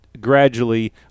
gradually